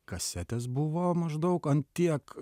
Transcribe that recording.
kasetės buvo maždaug ant tiek